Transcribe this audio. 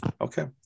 Okay